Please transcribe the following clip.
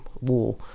War